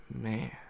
man